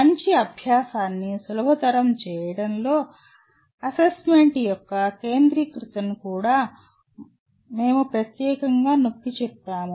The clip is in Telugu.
మంచి అభ్యాసాన్ని సులభతరం చేయడంలో అసెస్మెంట్ యొక్క కేంద్రీకృతతను కూడా మేము ప్రత్యేకంగా నొక్కిచెప్పాము